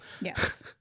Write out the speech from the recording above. Yes